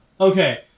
Okay